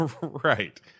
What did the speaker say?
Right